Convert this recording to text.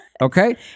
Okay